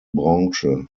branche